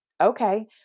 okay